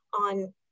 on